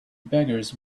beggars